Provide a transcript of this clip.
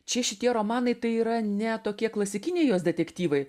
čia šitie romanai tai yra ne tokie klasikiniai jos detektyvai